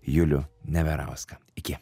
julių neverauską iki